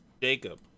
Jacob